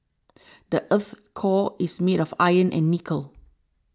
the earth's core is made of iron and nickel